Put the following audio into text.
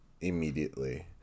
immediately